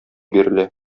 бирелә